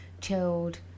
chilled